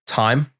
time